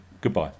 Goodbye